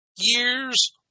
years